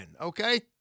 Okay